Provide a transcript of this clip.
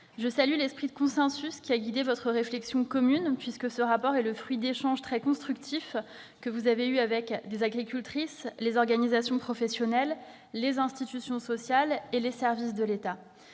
Je salue l'esprit de consensus qui a guidé votre réflexion commune. Ce rapport est le fruit des échanges très constructifs que vous avez eus avec les agricultrices, les organisations professionnelles, les institutions sociales et les services de l'État.